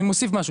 אני מוסיף משהו.